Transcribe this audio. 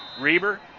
Reber